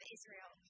Israel